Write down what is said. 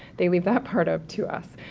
they leave that part up to us,